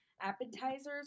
appetizers